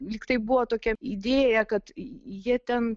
lyg tai buvo tokia idėja kad jie ten